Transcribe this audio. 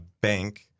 bank